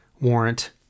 Warrant